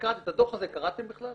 את הדוח הזה קראתם בכלל?